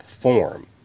form